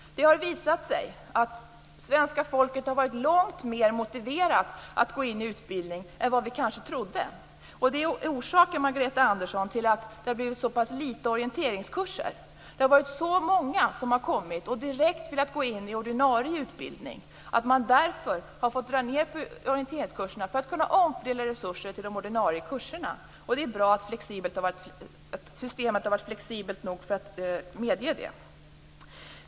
Det har visat sig att svenska folket har varit långt mer motiverat att gå in i utbildning än vad vi kanske trodde. Det är orsaken, Margareta Andersson, till att det har blivit så pass få orienteringskurser. Det har varit så många som direkt har velat gå in i ordinarie utbildning att man har fått minska antalet orienteringskurser för att därmed kunna omfördela resurser till de ordinarie kurserna. Det är bra att systemet har varit flexibelt nog för att medge det.